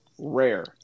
Rare